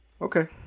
okay